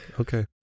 Okay